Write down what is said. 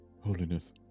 Holiness